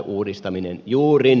juuri niin